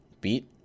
Beat